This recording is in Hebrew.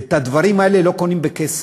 ואת הדברים האלה לא קונים בכסף,